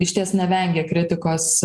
išties nevengia kritikos